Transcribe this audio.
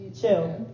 Chill